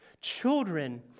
Children